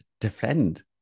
defend